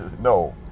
No